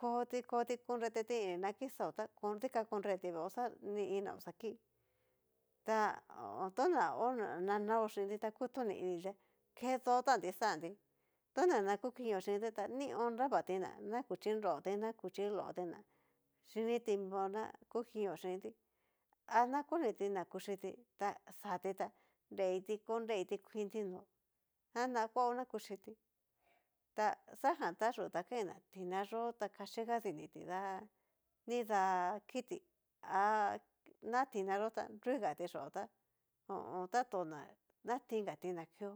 koti koti konreteti na nakixao ta dikan koreti veeó, xa ni'ina oxa ki ta ho tona hó na naó chinti tá kutoni initi ta ké dó tanti xanti, tona na kukinio xhinti tá nion nravati na nakuchi nroti, nakuchi loti na xhinití mio, na kukinío xhintí ana koni tí na kuxhíti ta xati tá nreti ko nreti kuinti nó xana kuaó na kuchiti xajan ta yúu ta kain na tiná yó'o ta kaxhiga diniti da nida kiti ana tina yó ta nruiga ti xhió tá ho o on taton ña natingati na kio.